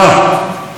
של יציבות,